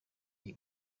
iyi